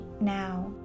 now